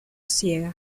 ciega